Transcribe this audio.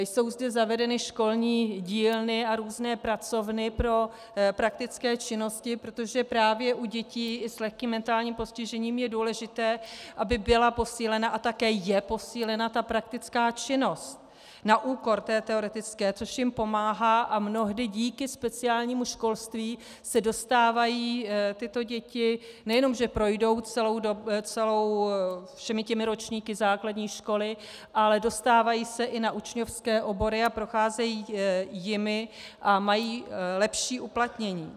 Jsou zde zavedeny školní dílny a různé pracovny pro praktické činnosti, protože právě u dětí s lehkým mentálním postižením je důležité, aby byla posílena, a také je posílena, praktická činnost na úkor té teoretické, což jim pomáhá, a mnohdy díky speciálnímu školství se dostávají tyto děti nejen že projdou všemi ročníky základní školy, ale dostávají se i na učňovské obory a procházejí jimi a mají lepší uplatnění.